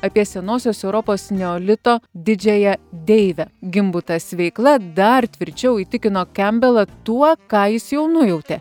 apie senosios europos neolito didžiąją deivę gimbutas veikla dar tvirčiau įtikino kembelą tuo ką jis jau nujautė